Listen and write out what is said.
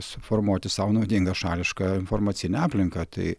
suformuoti sau naudingą šališką informacinę aplinką tai